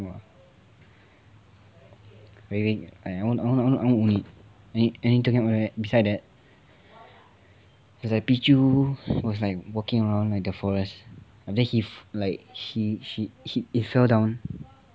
I want I want I want to to own it and talking about it besides that there's like pichu was like walking around the forest and then he like he he fell down